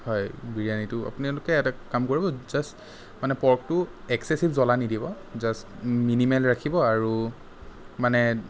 হয় বিৰিয়ানীটো আপোনালোকে এটা কাম কৰিব জাষ্ট মানে পৰ্কটো এক্সেচিভ জলা নিদিব জাষ্ট মিনিমেল ৰাখিব আৰু মানে